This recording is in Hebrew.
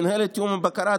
מנהלת תיאום ובקרה,